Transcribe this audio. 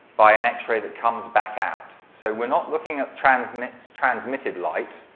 by an x-ray that comes back out. so, we're not looking at transmitted transmitted light.